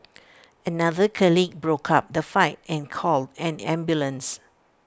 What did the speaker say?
another colleague broke up the fight and called an ambulance